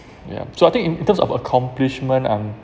ya so I think in in terms of accomplishment I'm